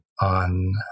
on